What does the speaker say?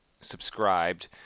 subscribed